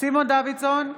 סימון דוידסון,